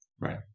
Right